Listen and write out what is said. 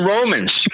Romans